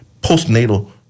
postnatal